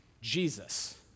Jesus